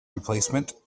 replacement